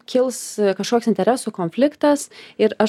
kils kažkoks interesų konfliktas ir aš